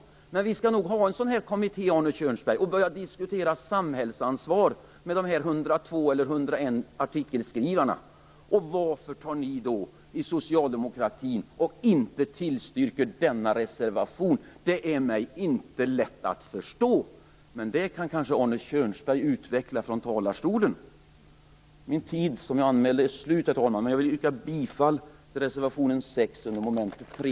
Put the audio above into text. Men vi bör nog ha en sådan här kommitté, Arne Kjörnsberg, och börja diskutera samhällsansvar med de 101 eller 102 artikelskrivarna. Det är för mig inte lätt att förstå varför ni från socialdemokratin inte tillstyrker denna reservation, men det kan kanske Min anmälda taletid är slut, herr talman. Jag yrkar bifall till reservation 6 under mom. 3.